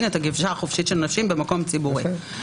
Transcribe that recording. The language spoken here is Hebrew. את הגישה החופשית של נשים במרחב ציבורי".